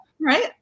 Right